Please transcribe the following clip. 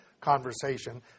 conversation